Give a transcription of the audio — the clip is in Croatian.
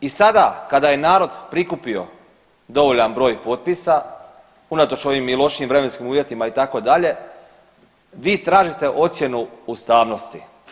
I sada kada je narod prikupio dovoljan broj potpisa, unatoč ovim i lošim vremenskim uvjetima itd., vi tražite ocjenu ustavnosti.